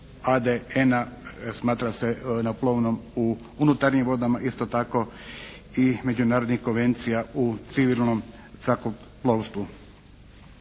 ADN-a smatra se na plovnom u unutarnjim vodama. Isto tako i međunarodnih konvencija u civilnom zrakoplovstvu.